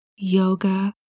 yoga